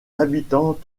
habitant